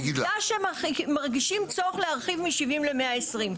עובדה שהם מרגישים צורך להרחיב מ-70 ל-120.